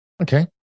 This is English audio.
Okay